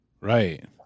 Right